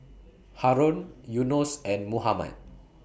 Haron Yunos and Muhammad